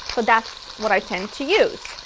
but that's what i tend to use,